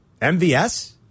MVS